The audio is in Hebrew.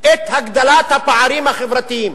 את הגדלת הפערים החברתיים.